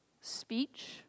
speech